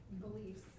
beliefs